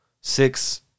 six